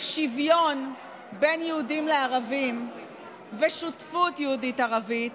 שוויון בין יהודים לערבים ושותפות יהודית-ערבית